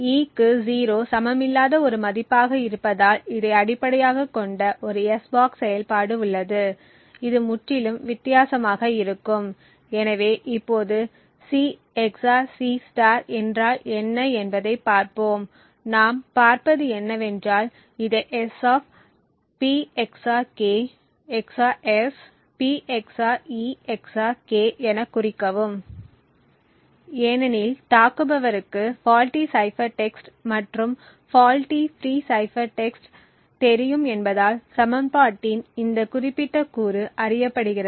E க்கு 0 சமமில்லாத ஒரு மதிப்பாக இருப்பதால் இதை அடிப்படையாகக் கொண்ட ஒரு s box செயல்பாடு உள்ளது இது முற்றிலும் வித்தியாசமாக இருக்கும் எனவே இப்போது C XOR C என்றால் என்ன என்பதைப் பார்ப்போம் நாம் பார்ப்பது என்னவென்றால் இதை S P XOR k XOR S P XOR e XOR k எனக் குறிக்கவும் ஏனெனில் தாக்குபவருக்கு ஃபால்ட்டி சைபர் டெக்ஸ்ட் மற்றும் ஃபால்ட்டி ஃபிரீ சைபர் டெக்ஸ்ட் தெரியும் என்பதால் சமன்பாட்டின் இந்த குறிப்பிட்ட கூறு அறியப்படுகிறது